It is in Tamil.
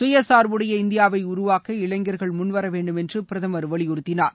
சுயசார்புடைய இந்தியாவை உருவாக்க இளைஞர்கள் முன் வரவேண்டும் என்று பிரதமர் வலியுறுத்தினார்